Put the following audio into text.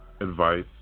advice